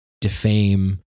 defame